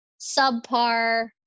Subpar